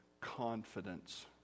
confidence